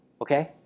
Okay